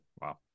Wow